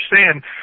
understand